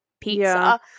pizza